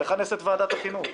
לכנס את ועדת החינוך.